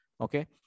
Okay